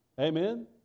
Amen